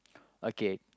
okay